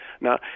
Now